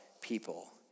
people